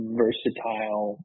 versatile